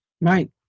Right